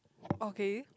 okay